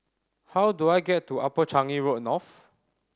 how do I get to Upper Changi Road North